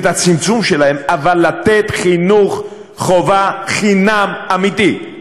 את הצמצום שלהן, אבל לתת חינוך חובה חינם אמיתי: